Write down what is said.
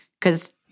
Because-